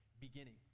beginning